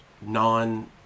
non